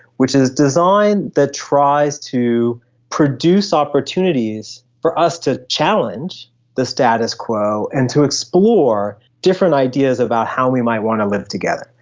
which is design design that tries to produce opportunities for us to challenge the status quo and to explore different ideas about how we might want to live together.